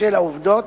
של העובדות